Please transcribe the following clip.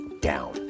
down